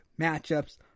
matchups